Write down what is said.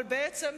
אבל בעצם,